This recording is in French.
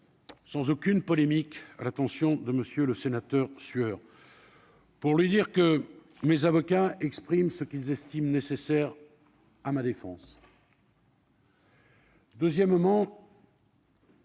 Sans aucune polémique à l'attention de monsieur le sénateur sueur. Pour lui dire que mes avocats expriment ce qu'ils estiment nécessaires à ma défense. Deuxièmement.